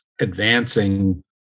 advancing